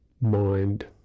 mind